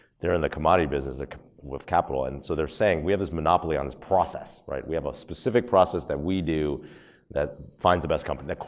they're in the commodity business with capital. and so they're saying, we have this monopoly on this process, right. we have a specific process that we do that finds the best company,